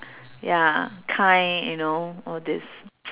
ya kind you know all these